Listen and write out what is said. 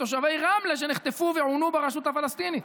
תושבי רמלה שנחטפו ועונו ברשות הפלסטינית.